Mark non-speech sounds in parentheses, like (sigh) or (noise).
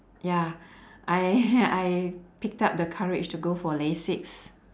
ya I (noise) I picked up the courage to go for lasik